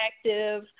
active